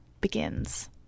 begins